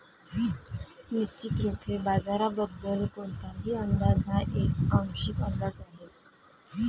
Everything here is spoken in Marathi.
निश्चितच रोखे बाजाराबद्दल कोणताही अंदाज हा एक आंशिक अंदाज आहे